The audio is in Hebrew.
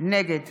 נגד